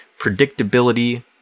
predictability